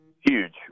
Huge